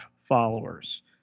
followers